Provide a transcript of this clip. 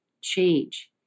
change